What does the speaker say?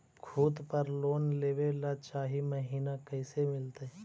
खूत पर लोन लेबे ल चाह महिना कैसे मिलतै?